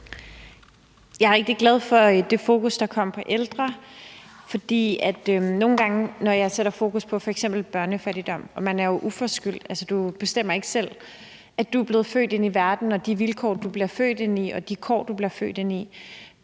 Jeg er rigtig glad for det fokus, der kom på ældre. Jeg sætter fokus på f.eks. børnefattigdom, og man er jo uforskyldt, altså, du bestemmer ikke selv, at du er blevet født ind i verden, og de vilkår, du er bliver født ind i, og de kår, du bliver født ind i.